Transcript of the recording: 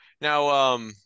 now